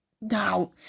Now